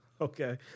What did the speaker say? okay